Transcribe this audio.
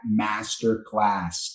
masterclass